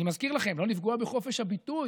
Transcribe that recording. אני מזכיר לכם, לא לפגוע בחופש הביטוי,